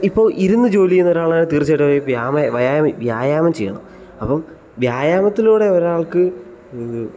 ഇപ്പോൾ ഇരുന്നു ജോലി ചെയ്യുന്ന ഒരാളാണെങ്കിൽ തീർച്ചയായിട്ടും പറയും വ്യമാ വ്യായാമം വ്യായാമം ചെയ്യണം അപ്പം വ്യായാമത്തിലൂടെ ഒരാൾക്ക്